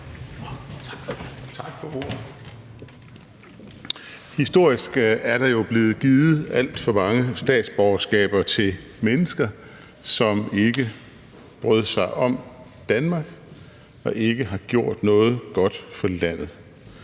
Historisk er der jo blevet givet alt for mange statsborgerskaber til mennesker, som ikke brød sig om Danmark og ikke har gjort noget godt for landet,